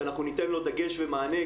שאנחנו ניתן לו דגש ומענה,